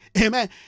amen